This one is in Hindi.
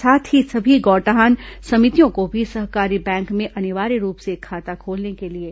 साथ ही सभी गौठान समितियों को भी सहकारी बैंक में अनिवार्य रूप से खाता खोलने के लिए कहा गया है